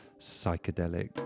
psychedelic